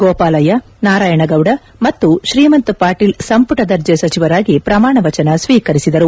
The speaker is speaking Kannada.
ಗೋಪಾಲಯ್ಯ ನಾರಾಯಣಗೌದ ಮತ್ತು ಶ್ರೀಮಂತ್ ಪಾಟೀಲ್ ಸಂಪುಟ ದರ್ಜೆ ಸಚಿವರಾಗಿ ಪ್ರಮಾಣವಚನ ಸ್ವೀಕರಿಸಿದರು